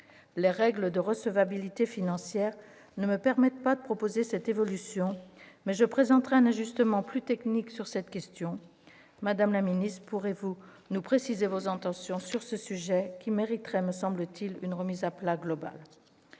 Les règles de recevabilité financière ne me permettent pas de proposer une telle évolution. Toutefois, je présenterai un ajustement plus technique sur cette question. Madame la ministre, pourrez-vous nous préciser vos intentions sur ce sujet, qui mériterait, me semble-t-il, une remise à plat globale ?